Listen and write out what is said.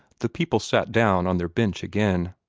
the people sat down on their bench again.